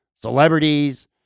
celebrities